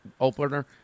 opener